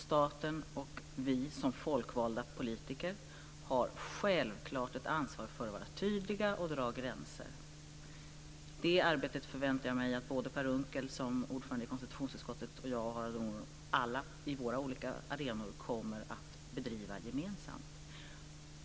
Staten och vi som folkvalda politiker har ett ansvar för att vara tydliga och dra gränser. Jag förväntar mig att Per Unckel, som ordförande i konstitutionsutskottet, och alla andra på olika arenor kommer att bedriva det arbetet gemensamt.